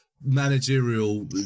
managerial